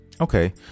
Okay